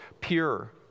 pure